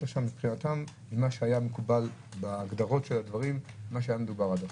מבחינתם מה שהיה מקובל בהגדרות של הדברים זה מה שהיה מדובר עד עכשיו.